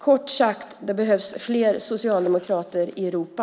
Kort sagt: Det behövs fler socialdemokrater i Europa!